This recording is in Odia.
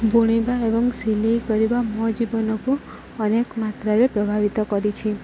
ବୁଣିବା ଏବଂ ସିଲେଇ କରିବା ମୋ ଜୀବନକୁ ଅନେକ ମାତ୍ରାରେ ପ୍ରଭାବିତ କରିଛି